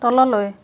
তললৈ